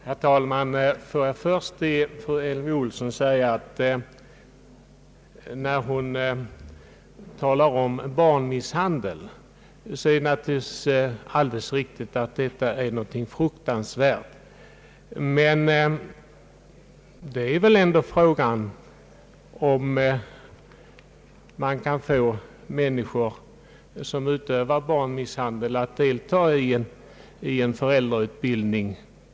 Herr talman! Jag vill först och främst till fru Elvy Olsson säga att det naturligtvis är alldeles riktigt som hon anfört att barnmisshandel är någonting fruktansvärt. Men det kan väl ändå ifrågasättas, om de människor som utövar barnmisshandel kan förmås delta i en sådan föräldrautbildning som det här gäller.